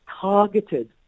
targeted